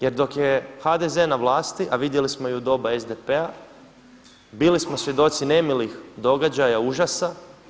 Jer dok je HDZ na vlasti a vidjeli smo i u doba SDP-a, bili smo svjedoci nemilih događaja, užasa.